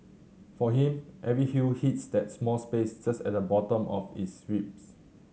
for him every hue hits that small space just at the bottom of his ribs